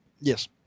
Yes